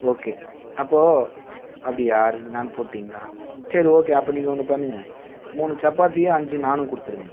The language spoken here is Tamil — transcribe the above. ஓகே அப்போது அப்படியா ரெண்டு நாண் போட்டிங்களா சரி ஓகே அப்போது நீங்கள் ஒன்று பண்ணுங்கள் மூணு சப்பாத்தியும் அஞ்சு நாணும் கொடுத்துருங்க